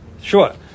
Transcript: Sure